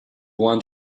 want